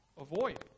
avoid